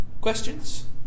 questions